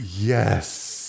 yes